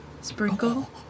Sprinkle